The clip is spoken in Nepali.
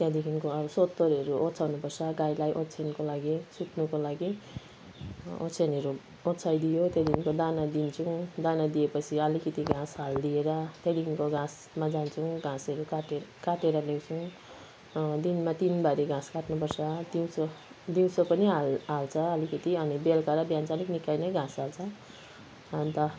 त्यहाँदेखिको अब सोत्तरहरू ओछ्याउनु पर्छ गाईलाई ओछ्यानको लागि सुत्नुको लागि ओछ्यानहरू ओछ्याई दियो त्यहाँदेखिको दाना दिन्छौँ दाना दिए पछि आलिकति घाँस हालिदिएर त्यहाँदेखिको घाँसमा जान्छौँ घाँसहरू काटे काटेर ल्याउँछौँ दिनमा तिन भारी घाँस काट्नु पर्छ दिउँसो दिउँसो पनि हाल हाल्छ अलिकति अनि बेलुका र बिहान चाहिँ अलिक निकै नै घाँस हाल्छ अन्त